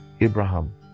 Abraham